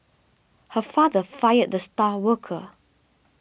her father fired the star worker